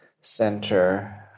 center